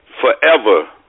forever